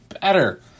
better